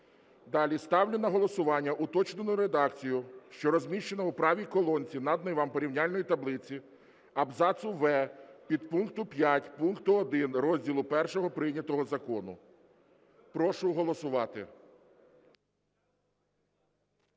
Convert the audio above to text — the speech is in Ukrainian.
Далі. Ставлю на голосування уточнену редакцію, що розміщена у правій колонці наданої вам порівняльної таблиці абзацу "в" підпункту 5 пункту 1 розділу І прийнятого закону. Прошу голосувати.